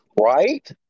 right